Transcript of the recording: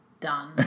Done